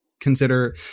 consider